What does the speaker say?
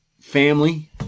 family